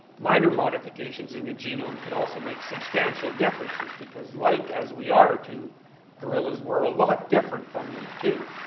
minor modifications in a genome can also make substantial differences, because alike like as we are to gorillas, we're a lot different from them too.